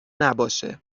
نباشه